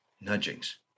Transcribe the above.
nudgings